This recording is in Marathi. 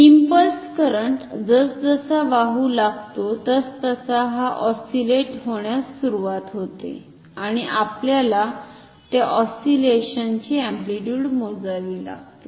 इंपल्स करंट जसजसा वाहू लागतो तसतसा हा ऑस्सिलेट होण्यास सुरूवात होते आणि आपल्याला त्या ओस्सीलेशन ची अम्प्लिट्युड मोजावी लागते